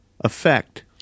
effect